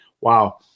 wow